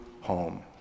home